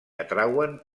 atrauen